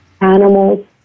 animals